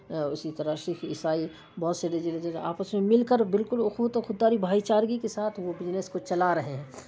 اسی طرح سکھ عیسائی بہت سے آپس میں مل جل کر بالکل اخوت اور خود داری اور بھائی چارگی کے ساتھ وہ بزنس چلا رہے ہیں